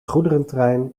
goederentrein